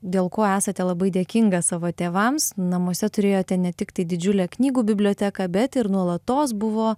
dėl ko esate labai dėkinga savo tėvams namuose turėjote ne tiktai didžiulę knygų biblioteką bet ir nuolatos buvo